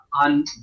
on